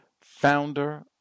founder